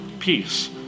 peace